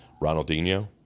Ronaldinho